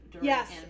yes